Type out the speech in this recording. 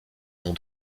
noms